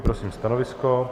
Prosím stanovisko.